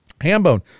Hambone